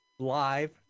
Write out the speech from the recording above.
Live